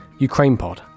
ukrainepod